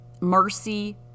mercy